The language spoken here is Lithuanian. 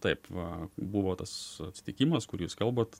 taip va buvo tas atsitikimas kurį jūs kalbat